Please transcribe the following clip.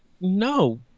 no